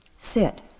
Sit